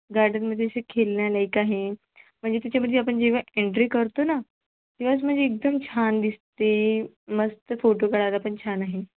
गार्डनमध्ये असे खेळण्यालायक आहे म्हणजे त्याच्यामध्ये आपण जेव्हा एंट्री करतो ना तेव्हाच म्हणजे एकदम छान दिसते मस्त फोटो काढायला पण छान आहे